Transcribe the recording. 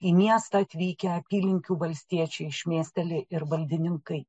į miestą atvykę apylinkių valstiečiai šmėsteli ir valdininkai